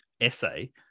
essay